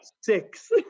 six